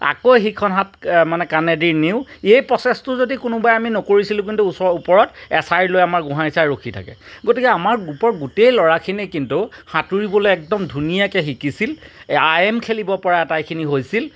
আকৌ সিখন হাত মানে কাণেদি নিওঁ এই প্ৰচেছটো যদি কোনোবাই আমি নকৰিছিলোঁ কিন্তু ওচৰৰ ওপৰত এছাৰি লৈ আমাৰ গোহাঁই ছাৰ ৰখি থাকে গতিকে আমাৰ গ্ৰুপৰ গোটেই ল'ৰাখিনিয়ে কিন্তু সাঁতুৰিবলে একদম ধুনীয়াকে শিকিছিল আই এম খেলিব পৰা আটাইখিনি হৈছিল